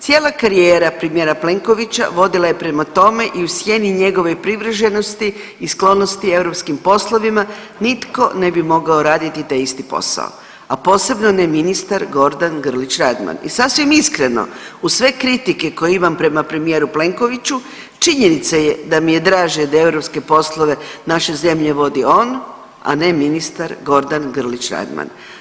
Cijela karijera premijera Plenkovića vodila je prema tome i u sjeni njegove privrženosti i sklonosti europskim poslovima, nitko ne bi mogao raditi taj isti posao, a posebno ne ministar Gordan Grlić Radman i sasvim iskreno, uz sve kritike koje imam prema premijer Plenkoviću, činjenica je da mi je draže da europske poslove naše zemlje vodi on, a ne ministar Gordan Grlić Radman.